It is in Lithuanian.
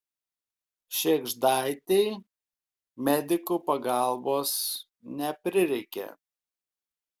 šėgždaitei medikų pagalbos neprireikė